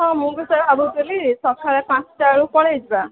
ହଁ ମୁଁ ବି ସେଇଆ ଭାବୁଥିଲି ସକାଳେ ପାଞ୍ଚଟା ବେଳକୁ ପଳାଇଯିବା